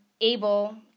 able